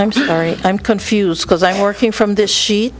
i'm sorry i'm confused because i'm working from this sheet